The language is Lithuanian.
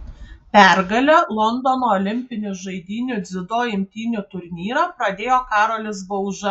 pergale londono olimpinių žaidynių dziudo imtynių turnyrą pradėjo karolis bauža